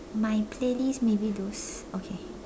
my playlist maybe those okay